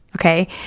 Okay